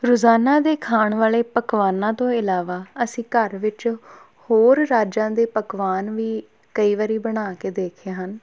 ਰੋਜ਼ਾਨਾ ਦੇ ਖਾਣ ਵਾਲੇ ਪਕਵਾਨਾਂ ਤੋਂ ਇਲਾਵਾ ਅਸੀਂ ਘਰ ਵਿੱਚ ਹੋਰ ਰਾਜਾਂ ਦੇ ਪਕਵਾਨ ਵੀ ਕਈ ਵਾਰੀ ਬਣਾ ਕੇ ਦੇਖੇ ਹਨ